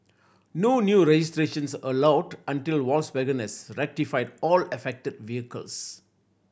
no new registrations are allowed until Volkswagen has rectified all affected vehicles